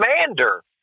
Commander